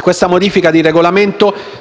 questa modifica regolamentare